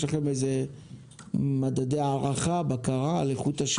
יש לכם מדדי הערכה ובקרה על איכות השירות?